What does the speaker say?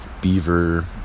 beaver